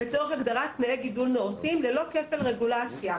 לצורך הגדרת תנאי גידול נאותים ללא כפל רגולציה.